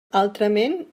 altrament